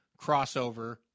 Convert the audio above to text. Crossover